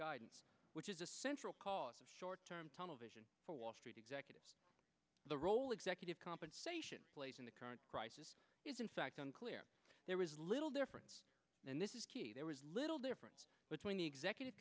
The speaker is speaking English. guidance which is a central cause of short term tunnel vision for wall street executives the role executive compensation plays in the current crisis is in fact on clear there is little difference and this is key there is little difference between the executive